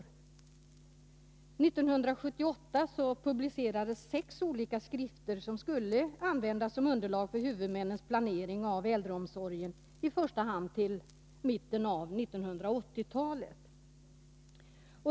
År 1978 publicerades sex olika skrifter som skulle användas som underlag för huvudmännens planering av äldreomsorgen, i första hand till mitten av 1980-talet.